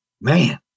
man